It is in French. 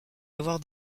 avoir